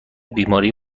بیماری